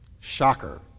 Shocker